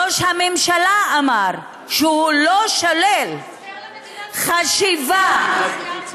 ראש הממשלה אמר שהוא לא שולל חשיבה -- טרנספר למדינת ישראל,